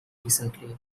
recently